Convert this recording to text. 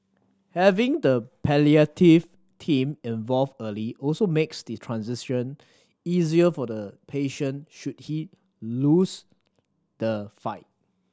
having the palliative team involved early also makes the transition easier for the patient should he lose the fight